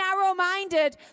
narrow-minded